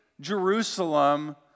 Jerusalem